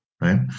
Right